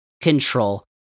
control